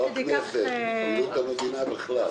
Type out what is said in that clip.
לא רק הכנסת, פעילות המדינה בכלל.